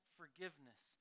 forgiveness